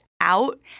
out